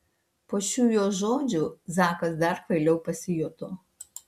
po šių jos žodžių zakas dar kvailiau pasijuto